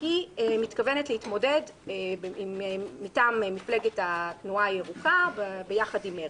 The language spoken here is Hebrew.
היא מתכוונת להתמודד מטעם מפלגת התנועה הירוקה ביחד עם מרצ.